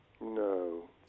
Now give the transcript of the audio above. No